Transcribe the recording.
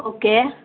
okay